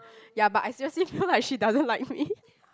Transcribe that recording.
ya but I seriously feel like she doesn't like me